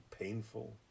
painful